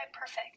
perfect